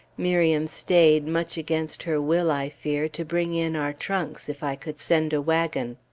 miriam stayed, much against her will, i fear, to bring in our trunks, if i could send a wagon.